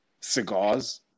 cigars